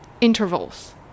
intervals